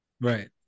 Right